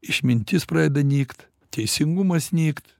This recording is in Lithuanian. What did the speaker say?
išmintis pradeda nykt teisingumas nykt